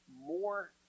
more